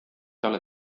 talle